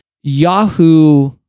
Yahoo